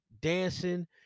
dancing